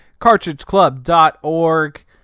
CartridgeClub.org